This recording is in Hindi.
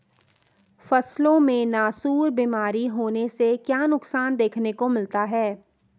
फसलों में नासूर बीमारी होने से क्या नुकसान देखने को मिलता है?